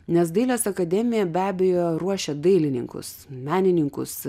nes dailės akademija be abejo ruošia dailininkus menininkus